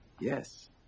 Yes